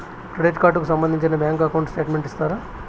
Credit card కు సంబంధించిన bank account statement ఇస్తారా?